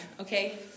okay